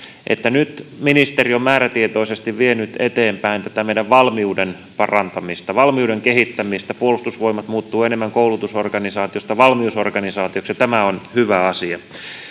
että nyt ministeriö on määrätietoisesti vienyt eteenpäin tätä meidän valmiuden parantamista valmiuden kehittämistä puolustusvoimat muuttuu enemmän koulutusorganisaatiosta valmiusorganisaatioksi ja tämä on hyvä asia